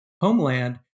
homeland